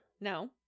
No